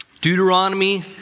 Deuteronomy